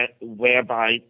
whereby